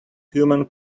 human